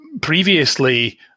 previously